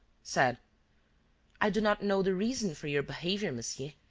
said i do not know the reason for your behaviour, monsieur,